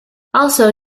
also